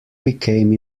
became